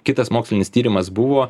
kitas mokslinis tyrimas buvo